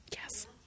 Yes